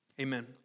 Amen